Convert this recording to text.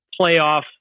playoff